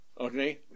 okay